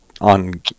on